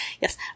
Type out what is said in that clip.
Yes